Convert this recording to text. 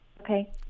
Okay